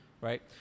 right